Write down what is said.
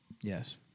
Yes